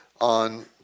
on